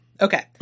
okay